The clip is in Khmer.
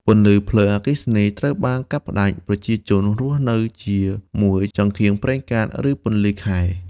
ពន្លឺភ្លើងអគ្គិសនីត្រូវបានកាត់ផ្តាច់ ប្រជាជនរស់នៅជាមួយចង្កៀងប្រេងកាត ឬពន្លឺខែ។